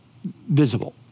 visible